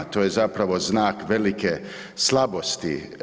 To je zapravo znak velike slabosti.